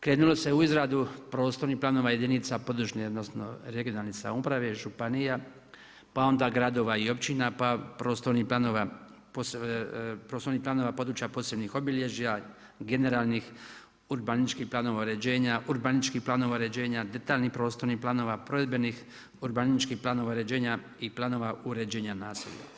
Krenulo se u izradu prostornih planova jedinica područne odnosno regionalne samouprave, županija pa onda gradova i općina, pa prostornih planova područja od posebnih obilježja, generalnih urbanističkih uređenja, urbanističkih planova uređenja, detaljnih prostornih planova, provedbenih urbanističkih planova i uređenja i planova uređenja naselja.